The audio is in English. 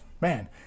man